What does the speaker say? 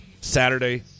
Saturday